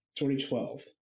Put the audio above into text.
2012